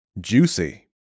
Juicy